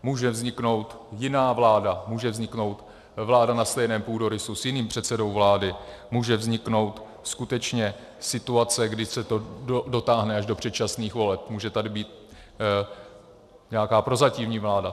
Může vzniknout jiná vláda, může vzniknout vláda na stejném půdorysu s jiným předsedou vlády, může vzniknout skutečně situace, kdy se to dotáhne až do předčasných voleb, může tady být nějaká prozatímní vláda.